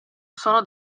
sono